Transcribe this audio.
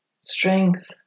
strength